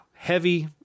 Heavy